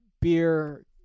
beer